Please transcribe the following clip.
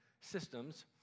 systems